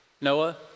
Noah